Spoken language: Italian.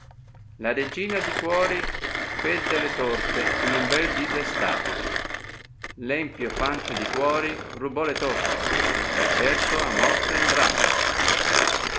la regina di cuori fè delle torte in un bel dì d'està l'empio fante di cuori rubò le torte e certo a morte andrà